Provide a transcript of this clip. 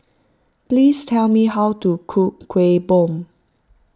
please tell me how to cook Kueh Bom